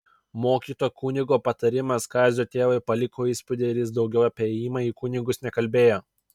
mokyto kunigo patarimas kazio tėvui paliko įspūdį ir jis daugiau apie ėjimą į kunigus nekalbėjo